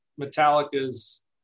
metallica's